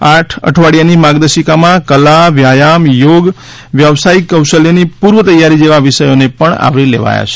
આ આઠ અઠવાડિયાની માર્ગદર્શિકામાં કલા વ્યાયામ યોગ વ્યવસાયિક કૌશલ્યની પૂર્વ તૈયારી જેવા વિષયોને પણ આવરી લેવાયા છે